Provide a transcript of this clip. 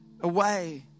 away